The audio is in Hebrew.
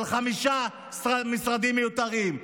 על חמישה משרדים מיותרים.